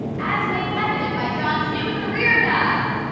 as made evident by jon's new career path.